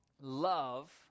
Love